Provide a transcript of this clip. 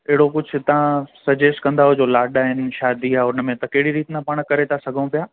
अहिड़ो कुझु तव्हां सजेस्ट कंदव जे लाॾा आहिनि शादी आहे त उन में कहिड़ी रीति ना पाण करे था सघूं पिया